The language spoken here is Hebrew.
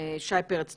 שי פרץ.